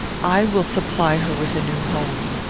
i will supply her with a new home.